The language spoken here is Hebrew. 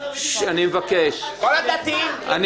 --- כל הדתיים --- לבעלך.